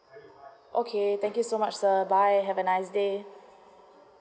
okay thank you so much sir bye have a nice day